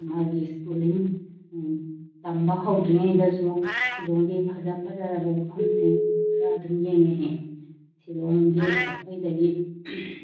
ꯃꯥꯒꯤ ꯁ꯭ꯀꯨꯜꯂꯤꯡ ꯇꯝꯕ ꯍꯧꯗ꯭ꯔꯤꯉꯩꯗꯁꯨ ꯁꯤꯂꯣꯡꯒꯤ ꯐꯖ ꯐꯖꯔꯕ ꯃꯐꯝꯁꯤꯡ ꯈꯔ ꯑꯗꯨꯝ ꯌꯦꯡꯉꯛꯑꯦ ꯁꯤꯂꯣꯡꯗꯤ ꯑꯩꯈꯣꯏꯗꯒꯤ